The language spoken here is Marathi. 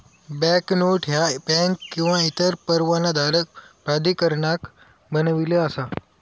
बँकनोट ह्या बँक किंवा इतर परवानाधारक प्राधिकरणान बनविली असा